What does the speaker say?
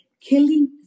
killing